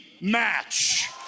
match